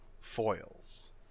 foils